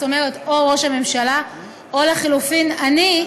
זאת אומרת, או ראש הממשלה או לחלופין אני.